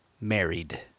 married